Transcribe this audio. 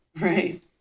right